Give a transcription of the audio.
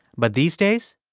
but these days.